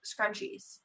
scrunchies